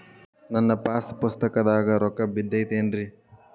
ನನ್ನ ಪಾಸ್ ಪುಸ್ತಕದಾಗ ರೊಕ್ಕ ಬಿದ್ದೈತೇನ್ರಿ?